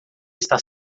está